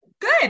Good